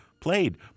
played